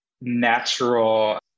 natural